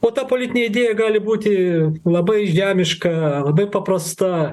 o ta politinė idėja gali būti labai žemiška labai paprasta